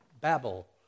Babel